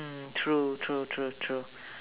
mm true true true true